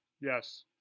Yes